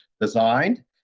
designed